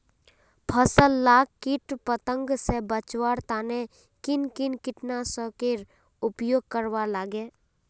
फसल लाक किट पतंग से बचवार तने किन किन कीटनाशकेर उपयोग करवार लगे?